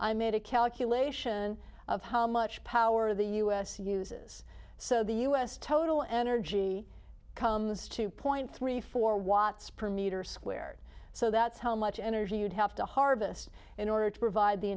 i made a calculation of how much power the u s uses so the us total energy comes two point three four watts per meter squared so that's how much energy you'd have to harvest in order to provide the